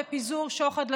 בפיזור שוחד לציבור.